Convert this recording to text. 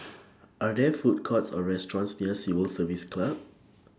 Are There Food Courts Or restaurants near Civil Service Club